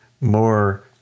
More